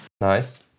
Nice